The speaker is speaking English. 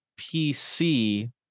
PC